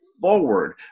forward